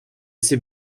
ses